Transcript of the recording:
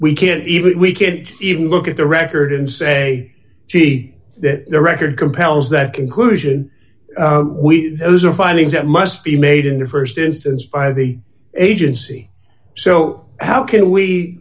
we can't even we can't even look at the record and say gee the record compels that conclusion we are findings that must be made in the st instance by the agency so how can we